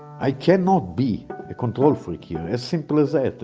i cannot be a control freak here. as simple as that.